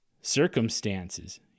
circumstances